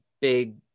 big